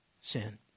sin